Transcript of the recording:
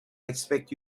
expect